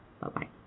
Bye-bye